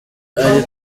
ari